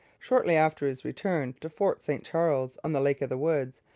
shortly after his return to fort st charles on the lake of the woods,